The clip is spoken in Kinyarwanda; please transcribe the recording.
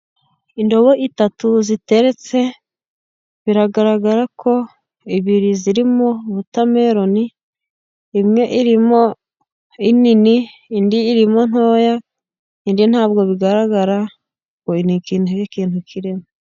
Indobo itatu ziteretse biragaragara ko ibiri zirimo wotameloni imwe irimo inini indi irimo into indi ntabwo bigaragara ngo ni ikihei kintu kirimo.